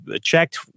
checked